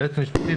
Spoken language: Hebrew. ליועצת המשפטית,